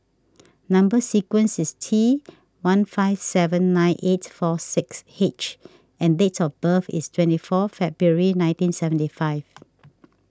Number Sequence is T one five seven nine eight four six H and date of birth is twenty four February nineteen seventy five